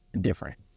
different